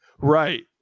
right